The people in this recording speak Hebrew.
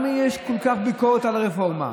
למה יש כל כך הרבה ביקורת על רפורמה?